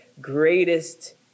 greatest